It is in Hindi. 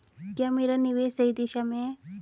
क्या मेरा निवेश सही दिशा में है?